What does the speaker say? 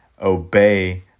obey